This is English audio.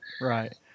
Right